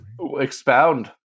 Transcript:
Expound